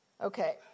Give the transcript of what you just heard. okay